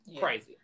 crazy